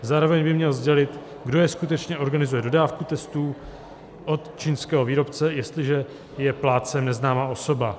Zároveň by měl sdělit, kdo skutečně organizuje dodávku testů od čínského výrobce, jestliže je plátcem neznámá osoba.